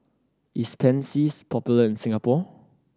is Pansy popular in Singapore